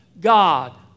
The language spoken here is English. God